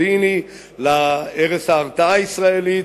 להרס ההרתעה הישראלית,